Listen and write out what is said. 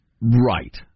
Right